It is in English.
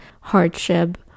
hardship